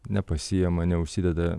nepasiima neužsideda